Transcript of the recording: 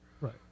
Right